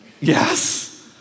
yes